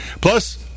plus